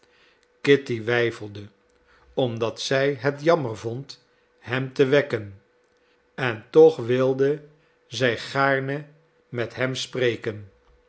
kitty wijfelde omdat zij het jammer vond hem te wekken en toch wilde zij gaarne met hem spreken